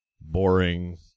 boring